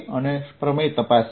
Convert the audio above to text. અને પ્રમેય તપાસીએ